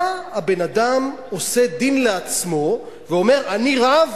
הבן-אדם עושה דין לעצמו ואומר: אני רב,